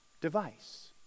device